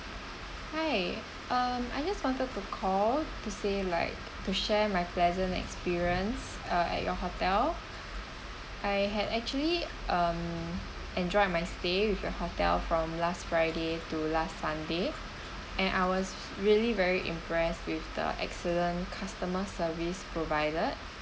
hi um I just wanted to call to say like to share my pleasant experience uh at your hotel I had actually um enjoyed my stay with your hotel from last friday to last sunday and I was really very impressed with the excellent customer service provided